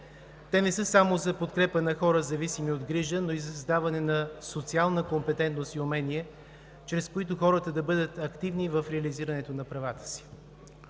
Те не са само за подкрепа на хора, зависими от грижа, но и за създаване на социална компетентност и умение, чрез които хората да бъдат активни в реализирането на правата си.